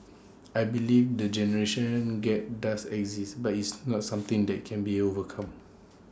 I believe the generation gap does exist but it's not something that can be overcome